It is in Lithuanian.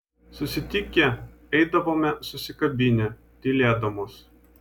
susitikę eidavome susikabinę tylėdamos